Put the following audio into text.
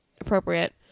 appropriate